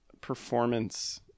performance